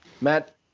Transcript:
Matt